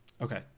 Okay